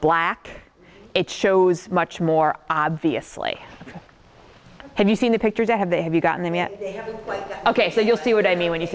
black it shows much more obviously have you seen the pictures or have they have you gotten them yet ok so you'll see what i mean when you